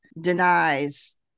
denies